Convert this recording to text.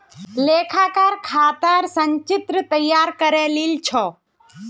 लेखाकार खातर संचित्र तैयार करे लील छ